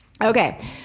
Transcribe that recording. Okay